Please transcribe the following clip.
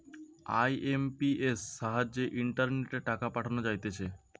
IMPS সাহায্যে ইন্টারনেটে টাকা পাঠানো যাইতেছে